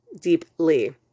deeply